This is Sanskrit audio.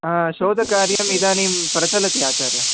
हा शोधकार्यम् इदानीं प्रचलति आचार्याः